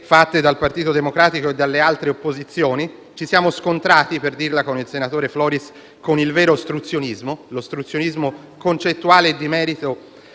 Grazie,